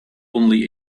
only